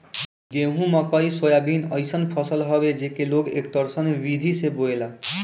गेंहू, मकई, सोयाबीन अइसन फसल हवे जेके लोग एकतस्सन विधि से बोएला